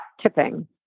tipping